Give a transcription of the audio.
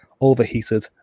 overheated